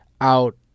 out